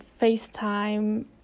FaceTime